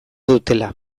dutela